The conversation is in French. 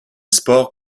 sport